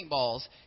paintballs